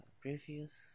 previous